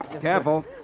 Careful